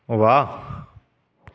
ਵਾਹ